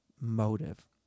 motive